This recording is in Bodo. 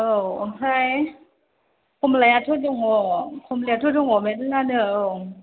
औ ओमफ्राय खमलायाथ' दङ खमलायाथ' दङ मेरलानो औ